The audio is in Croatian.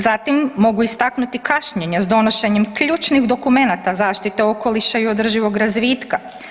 Zatim mogu istaknuti kašnjenja s donošenjem ključnih dokumenata zaštite okoliša i održivog razvitka.